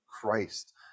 Christ